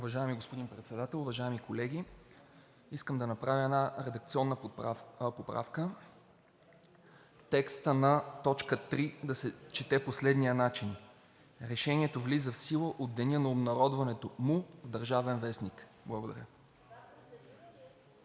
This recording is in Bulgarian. Уважаеми господин Председател, уважаеми колеги! Искам да направя една редакционна поправка – текстът на т. 3 да се чете по следния начин: „Решението влиза в сила от деня на обнародването му в „Държавен вестник“.“ Благодаря.